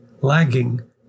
lagging